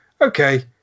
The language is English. okay